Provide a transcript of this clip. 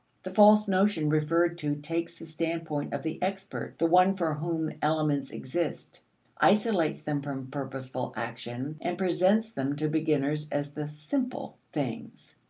the false notion referred to takes the standpoint of the expert, the one for whom elements exist isolates them from purposeful action, and presents them to beginners as the simple things.